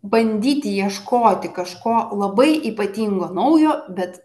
bandyti ieškoti kažko labai ypatingo naujo bet